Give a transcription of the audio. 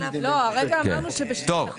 נעשה את הדבר